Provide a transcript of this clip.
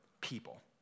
people